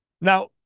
Now